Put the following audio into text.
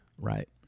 Right